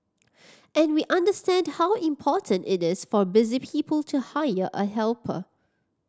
and we understand how important it is for busy people to hire a helper